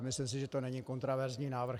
Myslím si, že to není kontroverzní návrh.